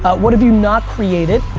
but what have you not created,